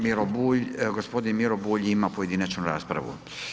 Miro Bulj, gospodin Miro Bulj ima pojedinačnu raspravu.